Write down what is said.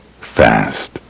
fast